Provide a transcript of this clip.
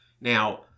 Now